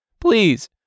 Please